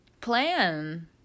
Plan